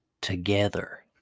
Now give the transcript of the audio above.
together